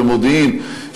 במודיעין,